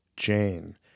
Jane